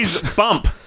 bump